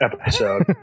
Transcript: episode